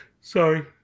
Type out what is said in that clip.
Sorry